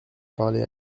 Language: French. parlé